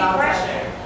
pressure